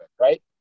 right